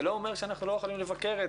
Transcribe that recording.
זה לא אומר שאנחנו לא יכולים לבקר את